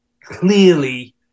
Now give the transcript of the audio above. clearly